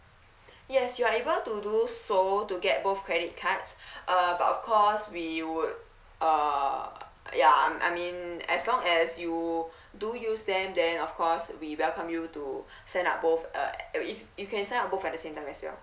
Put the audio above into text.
yes you are able to do so to get both credit cards uh but of course we would uh ya I'm I mean as long as you do use them then of course we welcome you to sign up both uh if you can sign up both at the same time as well